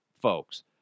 folks